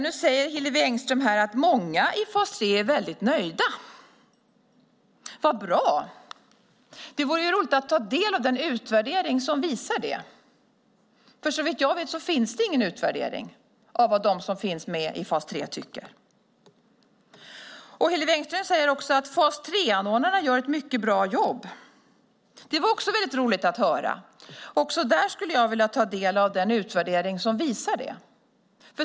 Nu säger Hillevi Engström här att många i fas 3 är väldigt nöjda. Vad bra! Det vore roligt att ta del av den utvärdering som visar det. Såvitt jag vet finns det ingen utvärdering av vad de som finns med i fas 3 tycker. Hillevi Engström säger att fas 3-anordnarna gör ett mycket bra jobb. Det var också roligt att höra. Även där skulle jag vilja ta del av den utvärdering som visar det.